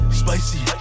spicy